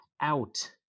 Out